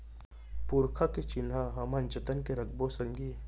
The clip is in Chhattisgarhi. पुरखा के चिन्हा हमन जतन के रखबो संगी